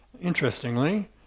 Interestingly